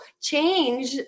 Change